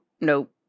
Nope